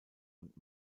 und